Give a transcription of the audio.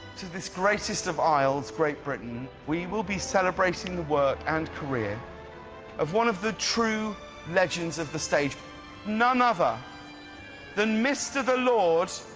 to the greatest of aisles, great britain, we will be celebrating the work and career of one of the true legends of the stage none other than mr. the lord.